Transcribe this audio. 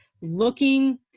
looking